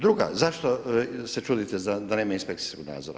Druga, zašto se čudite da nema inspekcijskog nadzora?